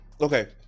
Okay